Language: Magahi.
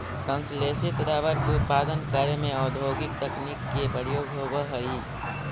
संश्लेषित रबर के उत्पादन करे में औद्योगिक तकनीक के प्रयोग होवऽ हइ